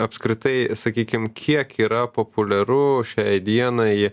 apskritai sakykim kiek yra populiaru šiai dienai